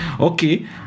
Okay